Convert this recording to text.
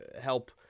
help